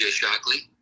Shockley